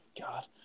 God